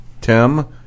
tim